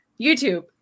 YouTube